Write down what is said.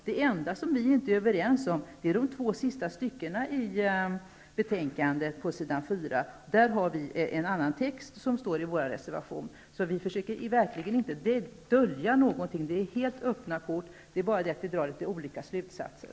Det enda som vi inte är överens om är de två sista styckena på s. 4 i betänkandet. Där vill vi från de borgerliga partierna ha en annan text som finns i vår reservation. Så vi försöker verkligen inte dölja någonting. Det är helt öppna kort. Det är bara det att vi drar litet olika slutsatser.